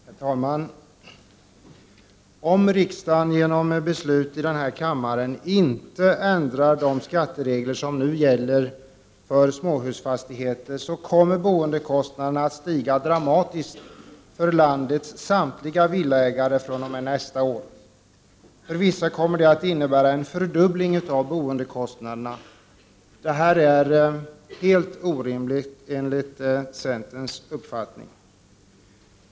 Herr talman! Om riksdagen inte genom beslut i denna kammare ändrar de skatteregler som nu gäller för småhusfastigheter, kommer boendekostnaderna att stiga dramatiskt för landets samtliga villaägare fr.o.m. nästa år. För vissa kommer det att innebära en fördubbling av boendekostnaderna. Det är helt orimligt enligt centerns uppfattning.